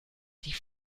die